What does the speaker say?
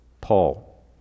Paul